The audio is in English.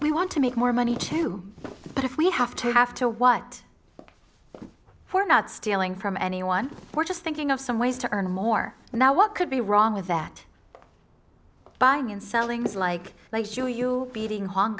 we want to make more money too but if we have to have to what we're not stealing from anyone we're just thinking of some ways to earn more now what could be wrong with that buying and selling is like joe you beating hong